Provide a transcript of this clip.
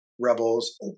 Rebels